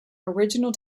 original